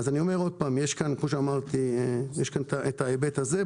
יש כאן את ההיבט הזה.